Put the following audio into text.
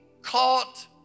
caught